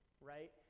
right